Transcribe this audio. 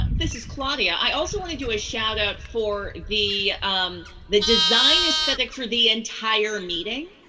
this is claudia. i also wanna do a shout out for the um the design aesthetic for the entire meeting.